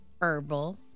herbal